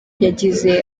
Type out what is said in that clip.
yagize